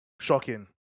shocking